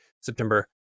september